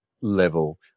level